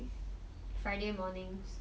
friday mornings